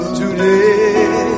today